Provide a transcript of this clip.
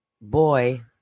Boy